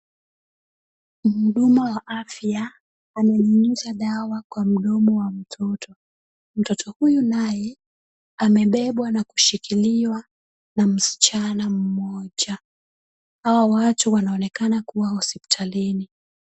Mhudumu wa afya ananyunyiza dawa kwa mdomo wa mtoto. Mtoto huyu naye, amebebwa na kushikiliwa na mschana mmoja. Hawa watu wanaonekana kuwa hospitalini.